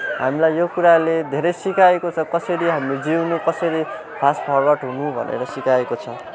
हामीलाई यो कुराले धेरै सिकाएको छ कसरी हामी जिउनु कसरी फास्ट फरवार्ड हुनु भनेर सिकाएको छ